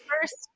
first